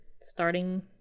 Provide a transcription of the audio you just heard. starting